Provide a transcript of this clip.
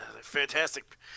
fantastic